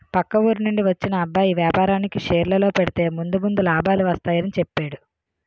పక్క ఊరి నుండి వచ్చిన అబ్బాయి వేపారానికి షేర్లలో పెడితే ముందు ముందు లాభాలు వస్తాయని చెప్పేడు